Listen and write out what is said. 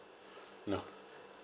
ya